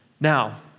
Now